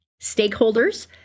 stakeholders